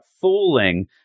fooling